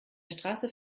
straße